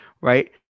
Right